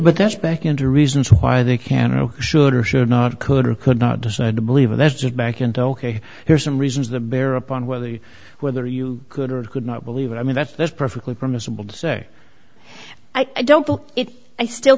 but that's back into reasons why they can or should or should not could or could not decide to believe that's it back and ok here's some reasons the bear upon whether whether you could or could not believe i mean that's that's perfectly permissible to say i don't feel it i still